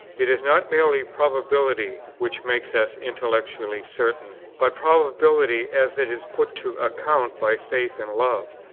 it is not merely probability which makes us intellectually certain, but probability as it is put to account by faith and love.